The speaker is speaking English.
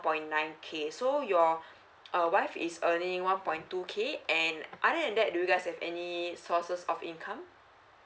point nine k so your wife is earning one point two k and other than that do you guys have any sources of income